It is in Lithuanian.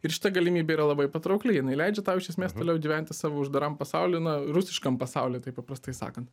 ir šita galimybė yra labai patraukli jinai leidžia tau iš esmės toliau gyventi savo uždaram pasauly na rusiškam pasauly taip paprastai sakant